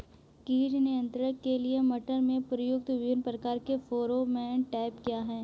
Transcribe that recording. कीट नियंत्रण के लिए मटर में प्रयुक्त विभिन्न प्रकार के फेरोमोन ट्रैप क्या है?